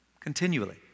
Continually